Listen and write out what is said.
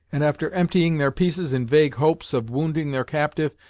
and after emptying their pieces in vague hopes of wounding their captive,